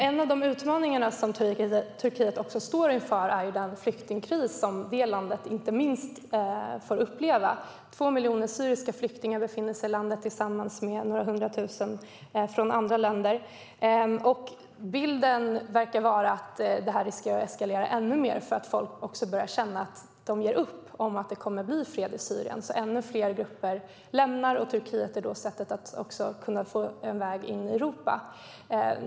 Fru talman! En av utmaningarna som Turkiet står inför är den flyktingkris som inte minst det landet får uppleva. 2 miljoner syriska flyktingar befinner sig i landet tillsammans med några hundra tusen från andra länder. Bilden verkar vara att det finns risk att det här eskalerar ännu mer eftersom folk börjar känna att de ger upp i fråga om att det kommer att bli fred i Syrien och ännu fler grupper lämnar landet. Turkiet är då en väg in i Europa.